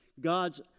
God's